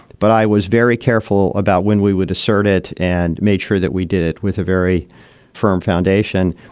but i was very careful about when we would assert it and made sure that we did it with a very firm foundation.